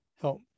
help